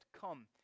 Come